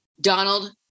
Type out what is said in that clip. Donald